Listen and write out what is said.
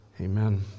Amen